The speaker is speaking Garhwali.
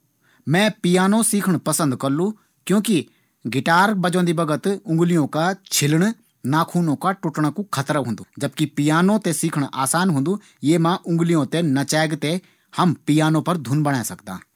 मैं पियानो सीखणु पसंद करलू। क्योंकि गिटार बजोन्दी बगत उँगलियों का छिलणा, नाखूनों का टूटणा कू खतरा होंदु। जबकि पियानो थें सीखणु आसान होंदु। ये मा उँगलियों थें नचेक हम पियानो पर धुन बणे सकदां।